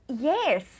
Yes